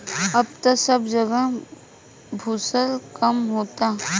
अब त सब जगह भूजल कम होता